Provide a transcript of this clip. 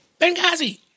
Benghazi